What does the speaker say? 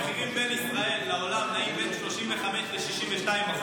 המחירים בין ישראל לעולם נעים בין 35% ל-62%,